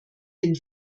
den